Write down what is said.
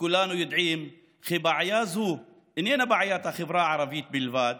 וכולנו יודעים כי בעיה זו איננה בעיית החברה הערבית בלבד